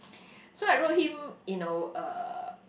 so I wrote him you know a